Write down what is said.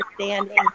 understanding